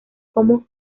como